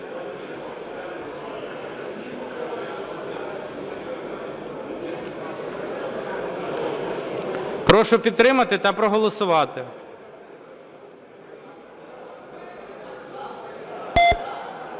Прошу підтримати і проголосувати.